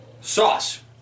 Sauce